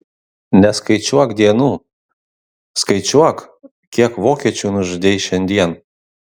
neskaičiuok dienų skaičiuok kiek vokiečių nužudei šiandien